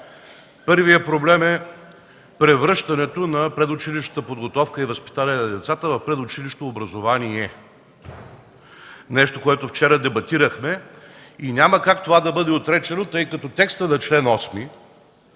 Първият проблем е превръщането на предучилищната подготовка и възпитание на децата в предучилищно „образование”. Това нещо вчера го дебатирахме и няма как да бъде отречено, тъй като текстът на чл. 8